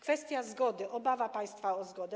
Kwestia zgody, obawa państwa o zgodę.